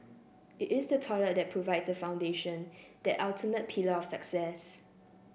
it is the toilet that provides the foundation that ultimate pillar of success